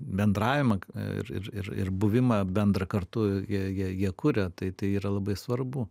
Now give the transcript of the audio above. bendravimą ir ir ir buvimą bendrą kartu jie jie jie kuria tai yra labai svarbu